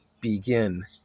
begin